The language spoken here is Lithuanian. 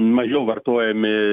mažiau vartojami